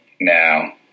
now